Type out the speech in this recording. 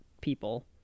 people